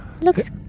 Looks